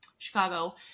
Chicago